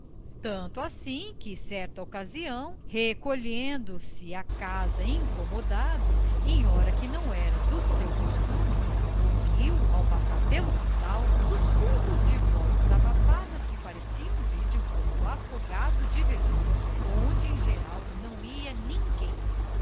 tanto assim que certa ocasião recolhendo-se à casa incomodado em hora que não era do seu costume ouviu ao passar pelo quintal sussurros de vozes abafadas que pareciam vir de um canto afogado de verdura onde em geral não ia ninguém